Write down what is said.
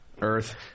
Earth